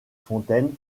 fontaine